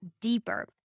deeper